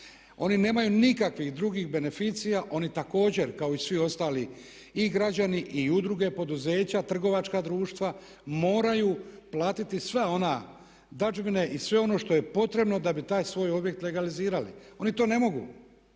Oni nemaju nikakvih drugih beneficija, oni također kao i svi ostali i građani i udruge, poduzeća, trgovačka društva moraju platiti sva ona dadžbine i sve ono što je potrebno da bi taj svoj objekt legalizirali. Oni to ne mogu.